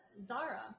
Zara